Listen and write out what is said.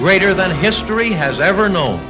greater than history has ever know